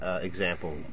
example